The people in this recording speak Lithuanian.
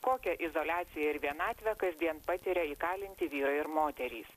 kokią izoliaciją ir vienatvę kasdien patiria įkalinti vyrai ir moterys